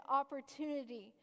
opportunity